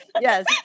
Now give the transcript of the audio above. Yes